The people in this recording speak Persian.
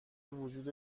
وجود